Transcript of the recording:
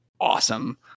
awesome